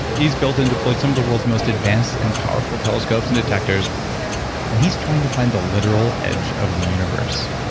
he's built in to play some of the world's most advanced and powerful telescopes and detectors and he's trying to find the literal edge of the universe